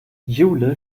jule